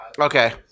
Okay